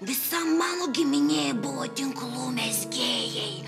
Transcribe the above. visa mano giminė buvo tinklų mezgėjai